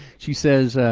she says,